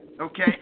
Okay